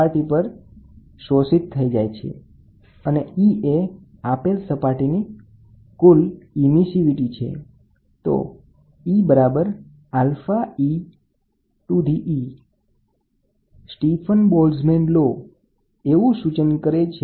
Stephen બોલ્ટ્ઝ મેનના નિયમ મુજબ જો બે આઇડલ રિએક્ટર લેવામાં આવે તો પાયરોમીટર ફક્ત વાતાવરણમાં જ ગરમી નથી મળતી પણ સોર્સ તરફ ગરમીનું રેડીએશન કરે છે